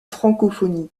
francophonie